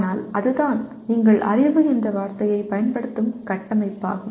ஆனால் அதுதான் நீங்கள் அறிவு என்ற வார்த்தையைப் பயன்படுத்தும் கட்டமைப்பாகும்